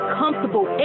comfortable